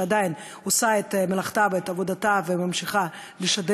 שעדיין עושה את מלאכתה ואת עבודתה וממשיכה לשדר